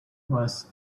was